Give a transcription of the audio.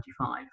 1995